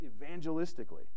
evangelistically